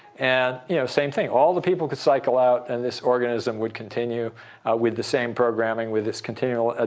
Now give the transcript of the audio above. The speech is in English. and you know same thing all the people could cycle out, and this organism would continue continue with the same programming, with its continual, ah